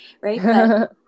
right